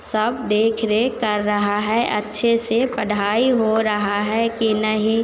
सब देख रेख कर रहा है अच्छे से पढाई हो रहा है कि नहीं